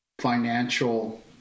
financial